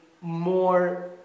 more